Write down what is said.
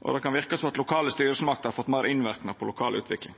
og det kan verka som om lokale styresmakter har fått meir innverknad på lokal utvikling.